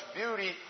beauty